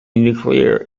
nuclear